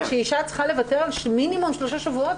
וכאשר אישה צריכה לוותר על מינימום שלושה שבועות,